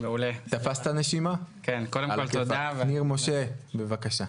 ניר משה, בבקשה.